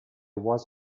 was